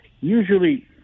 usually